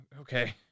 Okay